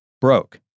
broke